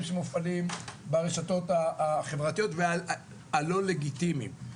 שמופעלים ברשתות החברתיות והלא לגיטימיים.